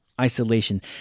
isolation